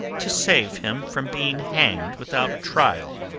to save him from being hanged without trial,